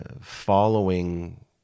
following